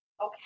okay